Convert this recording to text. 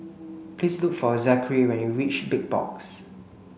please look for Zachery when you reach Big Box